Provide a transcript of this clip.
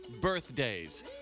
Birthdays